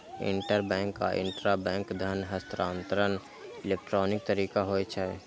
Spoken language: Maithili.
इंटरबैंक आ इंटराबैंक धन हस्तांतरण इलेक्ट्रॉनिक तरीका होइ छै